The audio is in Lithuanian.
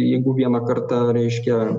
jeigu vieną kartą reiškia